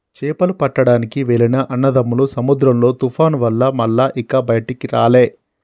చేపలు పట్టడానికి వెళ్లిన అన్నదమ్ములు సముద్రంలో తుఫాను వల్ల మల్ల ఇక బయటికి రాలే